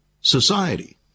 society